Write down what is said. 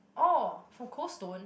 orh from coldstone